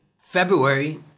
february